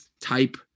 type